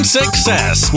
success